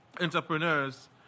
entrepreneurs